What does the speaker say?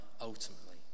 ultimately